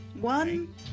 One